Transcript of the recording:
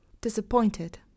Disappointed